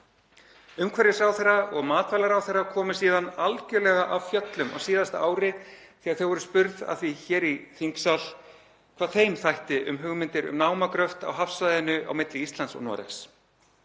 Umhverfisráðherra og matvælaráðherra komu síðan algjörlega af fjöllum á síðasta ári þegar þau voru spurð að því hér í þingsal hvað þeim þætti um hugmyndir um námagröft á hafsvæðinu á milli Íslands og Noregs,